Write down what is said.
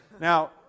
Now